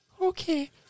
Okay